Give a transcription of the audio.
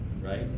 right